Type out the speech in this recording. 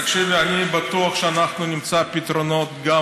תקשיבי, אני בטוח שאנחנו נמצא פתרונות גם